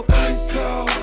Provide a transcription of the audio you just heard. uncle